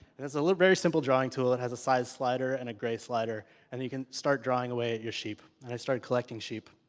a a very simple drawing tool that has a side slider and a gray slider and you can start drawing away at your sheep. and i started collecting sheep,